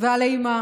ועל אימה